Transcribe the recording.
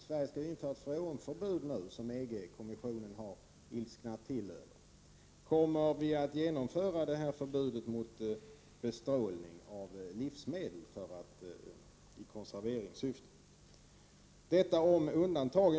Sverige skall nämligen nu införa ett freonförbud, vilket EG-kommissionen har ilsk nat till över. Kommer vi att genomföra förbud mot att i konserveringssyfte bestråla livsmedel? Detta om undantagen.